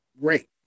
great